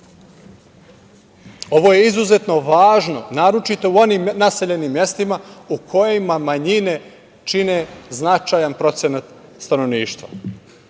Ovo je izuzetno važno, naročito u onim naseljenim mestima u kojima manjine čine značajan procenat stanovništva.U